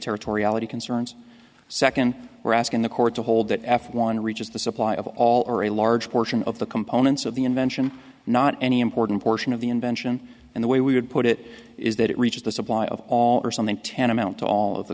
extraterritoriality concerns second we're asking the court to hold that f one reaches the supply of all or a large portion of the components of the invention not any important portion of the invention and the way we would put it is that it reaches the supply of all or something tantamount to all of the